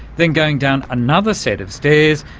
then going down another set of stairs,